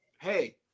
hey